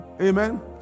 amen